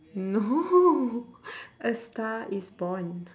no a star is born